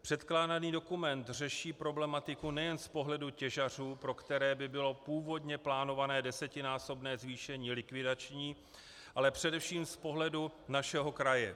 Předkládaný dokument řeší problematiku nejen z pohledu těžařů, pro které by bylo původně plánované desetinásobné zvýšení likvidační, ale především z pohledu našeho kraje.